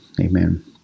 Amen